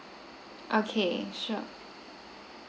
okay sure